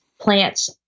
plants